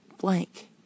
blank